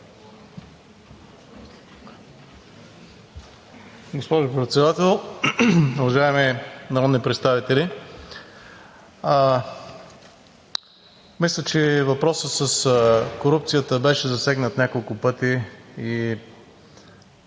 Госпожо Председател, уважаеми народни представители! Мисля, че въпросът с корупцията беше засегнат няколко пъти и